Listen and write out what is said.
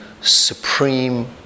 supreme